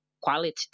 quality